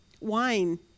wine